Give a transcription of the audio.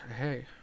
Hey